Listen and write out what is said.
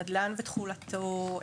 נדל"ן ותכולתו,